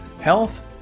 Health